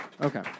Okay